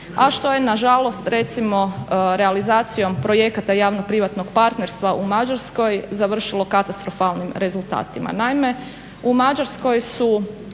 a što je na žalost recimo realizacijom projekata javno-privatnog partnerstva u Mađarskoj završilo katastrofalnim rezultatima.